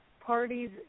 parties